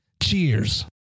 Cheers